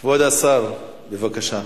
כבוד השר, בבקשה.